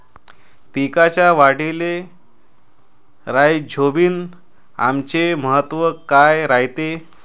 पिकाच्या वाढीले राईझोबीआमचे महत्व काय रायते?